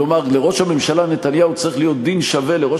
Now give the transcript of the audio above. כלומר לראש הממשלה נתניהו צריך להיות דין שווה לראש